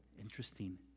Interesting